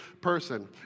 person